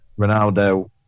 Ronaldo